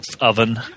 oven